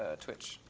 ah twitch.